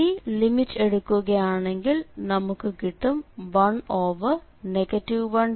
ഇനി ലിമിറ്റ് എടുക്കുകയാണെങ്കിൽ നമുക്ക് കിട്ടും 1 1 11 എന്ന്